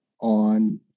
on